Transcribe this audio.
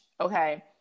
okay